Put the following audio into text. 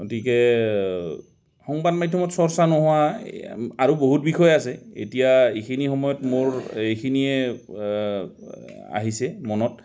গতিকে সংবাদ মাধ্যমত চৰ্চা নোহোৱা আৰু বহুত বিষয় আছে এতিয়া এইখিনি সময়ত মোৰ এইখিনিয়ে আহিছে মনত